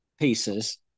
pieces